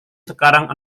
sekarang